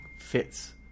fits